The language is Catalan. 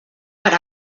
per